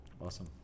Awesome